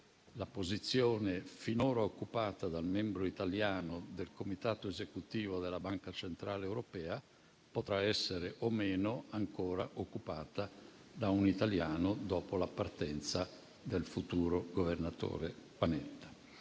la posizione finora occupata dal membro italiano del comitato esecutivo della Banca centrale europea potrà essere o meno ancora occupata da un italiano, dopo la partenza del futuro governatore Panetta.